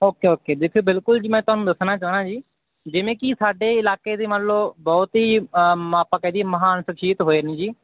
okay okay ਦੇਖਿਓ ਬਿਲਕੁਲ ਜੀ ਮੈਂ ਤੁਹਾਨੂੰ ਦੱਸਣਾ ਚਾਹੁੰਦਾ ਜੀ ਜਿਵੇਂ ਕਿ ਸਾਡੇ ਇਲਾਕੇ ਦੇ ਮੰਨ ਲਓ ਬਹੁਤ ਹੀ ਮ ਆਪਾਂ ਕਹਿ ਦੇਈਏ ਮਹਾਨ ਸ਼ਖਸੀਅਤ ਹੋਏ ਨੇ ਜੀ